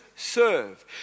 serve